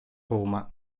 roma